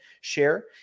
share